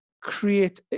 create